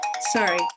sorry